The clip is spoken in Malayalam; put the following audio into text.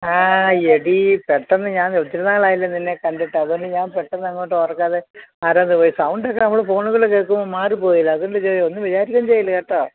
ആ എടി പെട്ടെന്ന് ഞാൻ ഒത്തിരി നാളായില്ല നിന്നെ കണ്ടിട്ട് അതുകൊണ്ട് ഞാൻ പെട്ടെന്ന് അങ്ങോട്ട് ഓർക്കാതെ മറന്ന് പോയി സൗണ്ടൊക്കെ നമ്മൾ ഫോണുകൂടെ കേൾക്കുമോ മാറിപ്പോയില്ലേ അതുകൊണ്ട് ഒന്ന് വിചാരിക്കുകയും ചെയ്യല്ലേ കേട്ടോ